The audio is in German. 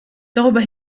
darüber